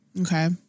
Okay